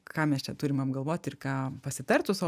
ką mes čia turim apgalvoti ir ką pasitart su savo